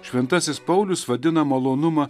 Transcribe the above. šventasis paulius vadina malonumą